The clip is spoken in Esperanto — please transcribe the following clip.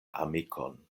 amikon